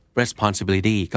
responsibility